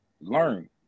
learn